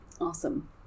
Awesome